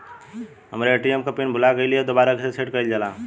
हमरे ए.टी.एम क पिन भूला गईलह दुबारा कईसे सेट कइलजाला?